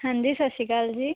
ਹਾਂਜੀ ਸਤਿ ਸ਼੍ਰੀ ਅਕਾਲ ਜੀ